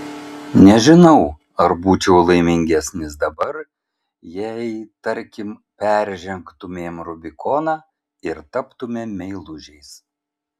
nežinau ar būčiau laimingesnis dabar jei tarkim peržengtumėm rubikoną ir taptumėm meilužiais